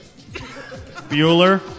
Bueller